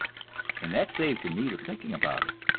and that saves the need of thinking about it.